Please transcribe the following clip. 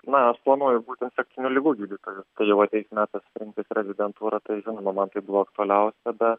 na aš planuoju būti infekcinių ligų gydytoju kai jau ateis metas rinktis rezidentūrą tai žinoma man tai buvo aktualiausia bet